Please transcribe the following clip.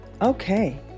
Okay